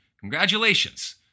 congratulations